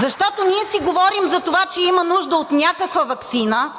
Защото ние си говорим за това, че има нужда от някаква ваксина,